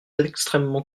extrèmement